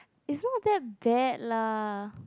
it's not that bad lah